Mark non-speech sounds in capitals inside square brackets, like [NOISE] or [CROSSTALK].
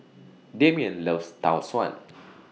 Dameon loves Tau Suan [NOISE]